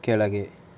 ಕೆಳಗೆ